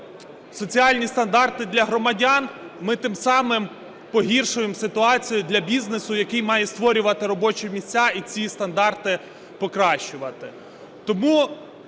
соціальні стандарти для громадян, ми тим самим погіршуємо ситуацію для бізнесу, який має створювати робочі місця і ці стандарти покращувати.